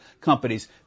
companies